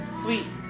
sweet